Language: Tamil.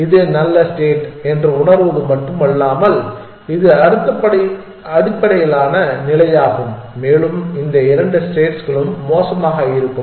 இது நல்ல ஸ்டேட் என்று உணருவது மட்டுமல்லாமல் இது அடுத்த அடிப்படையிலான நிலையாகும் மேலும் இந்த இரண்டு ஸ்டேட்ஸ்களும் மோசமாக இருக்கும்